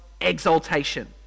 exaltation